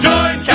Join